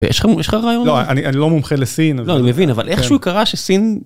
‫יש לך רעיון? ‫-לא, אני לא מומחה לסין. ‫לא, אני מבין, אבל איכשהו קרה ‫שסין...